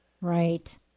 Right